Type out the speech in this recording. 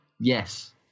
yes